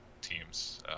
teams